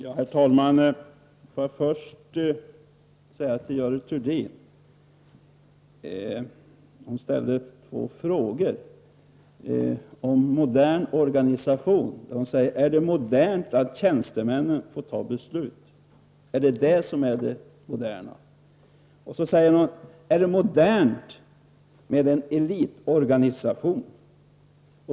Herr talman! Görel Thurdin ställde två frågor till mig om modern organisation. Hon frågade nämligen om det är modernt att tjänstemän får fatta beslut och om det är modernt med en elitorganisation.